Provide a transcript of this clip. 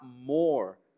more